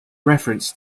reference